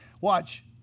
watch